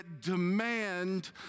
demand